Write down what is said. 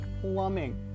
plumbing